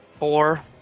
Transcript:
Four